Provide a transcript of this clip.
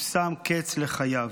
הוא שם קץ לחייו.